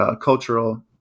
Cultural